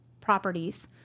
properties